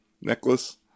necklace